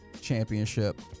championship